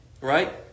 right